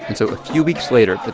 and so a few weeks later,